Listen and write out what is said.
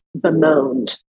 bemoaned